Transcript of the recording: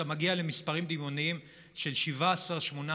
ואתה מגיע למספרים דמיוניים של 17,000,